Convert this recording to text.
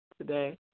today